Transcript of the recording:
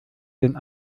den